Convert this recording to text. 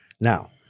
Now